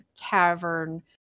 cavern